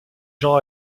jean